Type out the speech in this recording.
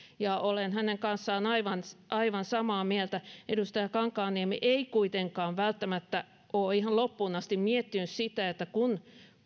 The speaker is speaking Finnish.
ja olen hänen kanssaan aivan aivan samaa mieltä edustaja kankaanniemi ei kuitenkaan välttämättä ole ihan loppuun asti miettinyt sitä että kun